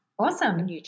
Awesome